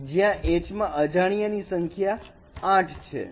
જ્યાં H માં અજાણ્યા ની સંખ્યા 8 છે